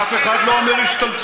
אף אחד לא אומר "השתלטות".